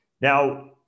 Now